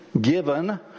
given